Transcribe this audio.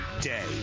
day